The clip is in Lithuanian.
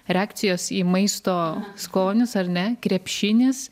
reakcijos į maisto skonius ar ne krepšinis